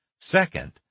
Second